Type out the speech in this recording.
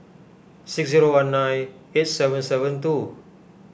six zero one nine eight seven seven two